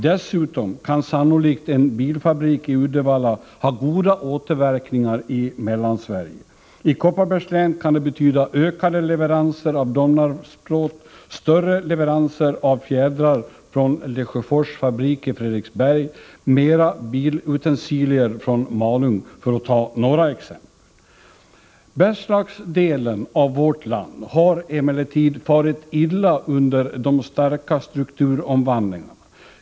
Dessutom kan sannolikt en bilfabrik i Uddevalla ha goda återverkningar i Mellansverige. I Kopparbergs län kan det betyda ökade leveranser av Domnarvsplåt, större leveranser av fjädrar från Lesjöfors fabrik i Fredriksberg och mera bilutensilier från Malung, för att ta några exempel. Bergslagsdelen av vårt land har emellertid farit illa under de starka strukturomvandlingarna.